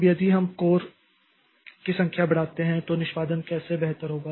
अब यदि हम कोर की संख्या बढ़ाते हैं तो निष्पादन कैसे बेहतर होगा